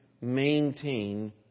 maintain